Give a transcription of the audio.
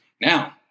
Now